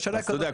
אז אתה יודע,